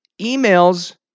emails